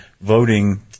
voting